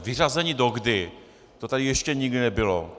Vyřazení dokdy, to tady ještě nikdy nebylo.